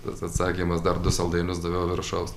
tas atsakymas dar du saldainius daviau viršaus